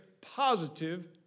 positive